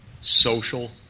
social